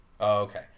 okay